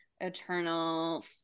eternal